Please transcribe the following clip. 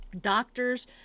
Doctors